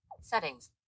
settings